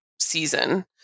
season